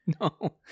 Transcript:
No